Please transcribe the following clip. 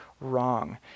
wrong